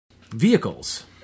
Vehicles